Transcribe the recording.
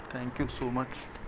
thank you so much